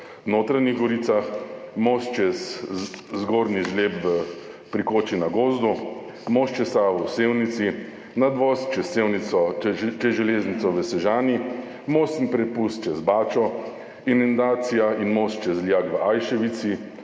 v Notranjih Goricah, most čez Zgornje žlebi pri Koči na Gozdu, most čez Savo v Sevnici, nadvoz čez železnico v Sežani, most in prepust čez Bačo, inundacija in most čez Lijak v Ajševici,